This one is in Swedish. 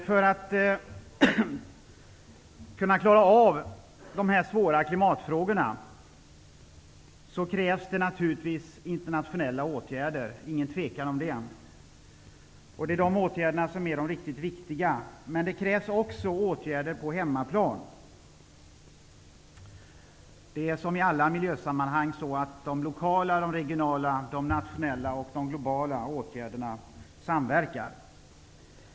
För att kunna klara av de svåra klimatfrågorna krävs det naturligtvis internationella åtgärder. Det är ingen tvekan om det. Det är dessa åtgärder som är de viktigaste. Men det krävs också åtgärder på hemmaplan. Som i alla miljösammanhang är det så att lokala, regionala, nationella och globala åtgärder samverkar.